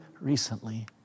recently